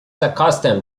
accustomed